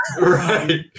Right